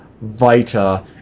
Vita